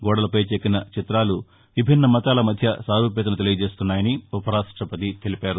గోదలపై చెక్కిన చిత్రాలు విభిన్న మతాల మధ్య సారూప్యతను తెలియజేస్తున్నాయని ఉపర్యాష్టపతి తెలిపారు